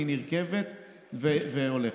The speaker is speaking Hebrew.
היא נרקבת והולכת.